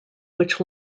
which